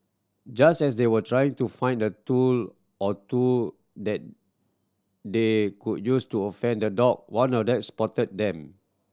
just as they were trying to find a tool or two that they could use to fend the dog one of that spotted them